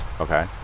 Okay